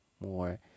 more